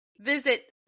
visit